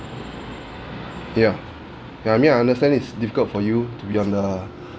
ya I mean I understand it's difficult for you to be on the